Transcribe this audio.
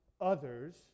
others